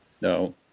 no